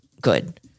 good